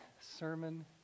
sermon